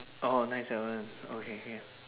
orh nine seven okay can